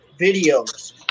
videos